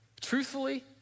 truthfully